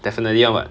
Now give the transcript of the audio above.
definitely [one] [what]